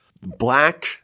black